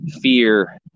fear